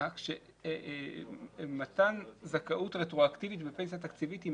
שבעצם מחיל חקיקה רטרואקטיבית גם